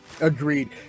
Agreed